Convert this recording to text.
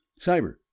cyber